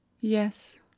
yes